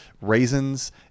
Raisins